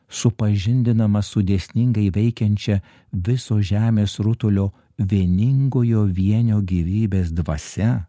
supažindinama su dėsningai veikiančia viso žemės rutulio vieningojo vienio gyvybės dvasia